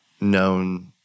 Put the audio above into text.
known